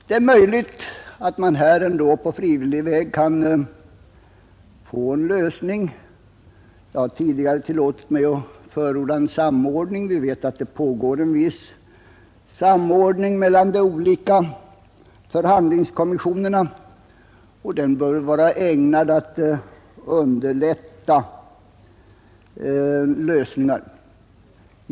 Det är möjligt att man ändå på frivillig väg kan åstadkomma en lösning. Jag har tidigare tillåtit mig att förorda en samordning. Vi vet att det pågår en viss samordning mellan de olika förhandlingskommissionerna, och den bör vara ägnad att underlätta lösningar.